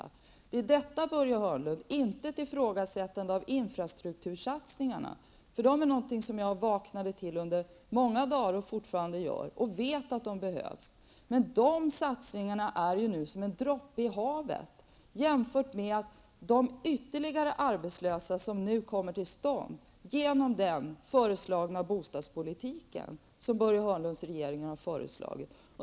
Det är detta det handlar om, Börje Hörnlund, inte ett ifrågasättande av infrastruktursatsningarna. De är någonting som jag vaknade till med under många dagar och fortfarande gör. Jag vet att de behövs. Men dessa satsningar är som en droppe i havet jämfört med de ytterligare arbetslösa som nu blir följden av den bostadspolitik som Börje Hörnlunds regering har föreslagit.